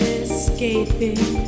escaping